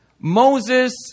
Moses